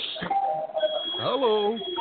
Hello